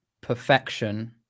perfection